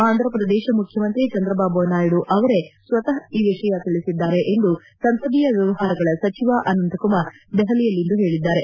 ಆಂಧ್ರಪ್ರದೇಶ ಮುಖ್ಯಮಂತ್ರಿ ಚಂದ್ರಬಾಬು ನಾಯ್ಡು ಅವರೇ ಸ್ವತಃ ಈ ವಿಷಯ ತಿಳಿಸಿದ್ದಾರೆ ಎಂದು ಸಂಸದೀಯ ವ್ಯವಹಾರಗಳ ಸಚಿವ ಅನಂತಕುಮಾರ್ ದೆಹಲಿಯಲ್ಲಿಂದು ಹೇಳಿದ್ಗಾರೆ